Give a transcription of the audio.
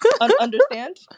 Understand